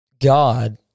god